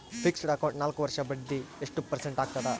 Fixed account ನಾಲ್ಕು ವರ್ಷಕ್ಕ ಬಡ್ಡಿ ಎಷ್ಟು ಪರ್ಸೆಂಟ್ ಆಗ್ತದ?